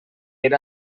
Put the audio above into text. era